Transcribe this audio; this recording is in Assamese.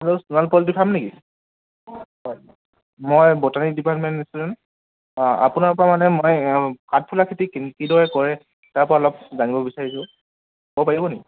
হয় মই বটানী ডিপাৰ্টমেণ্ট ষ্টুডেণ্ট আপোনাৰ পৰা মানে মই কাঠফুলা খেতি কিদৰে কৰে তাক অলপ জানিব বিচাৰিছোঁ ক'ব পাৰিব নেকি